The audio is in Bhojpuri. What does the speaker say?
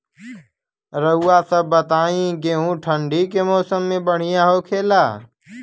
रउआ सभ बताई गेहूँ ठंडी के मौसम में बढ़ियां होखेला?